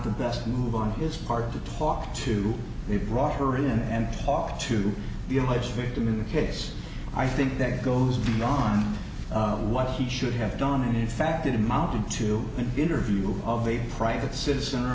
the best move on his part to talk to you brought her in and talk to the alleged victim in the case i think that goes beyond what he should have done and in fact it amounted to an interview of a private citizen or